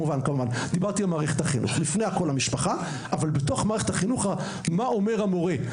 אבל בתוך מערכת החינוך סדרי ההשפעה הם מה אומר המורה,